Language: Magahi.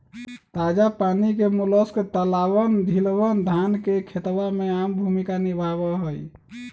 ताजा पानी के मोलस्क तालाबअन, झीलवन, धान के खेतवा में आम भूमिका निभावा हई